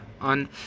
on